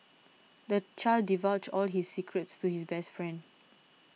the child divulged all his secrets to his best friend